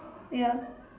ya